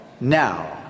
now